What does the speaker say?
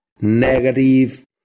negative